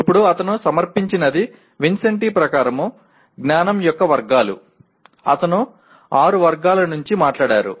ఇప్పుడు అతను సమర్పించినది విన్సెంటి ప్రకారం జ్ఞానం యొక్క వర్గాలు అతను న ఆరు వర్గాల గురించి మాట్లాడారు